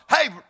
Hey